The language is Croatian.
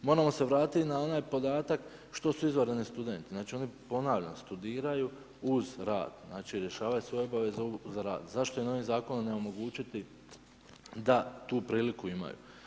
Moramo se vratit na onaj podatak što su izvanredni studenti, oni studiraju uz rad, znači rješavaju svoje obaveze uz rad, zašto im ovim zakonom ne omogućiti da tu priliku imaju.